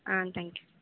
ah thank you